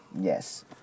Yes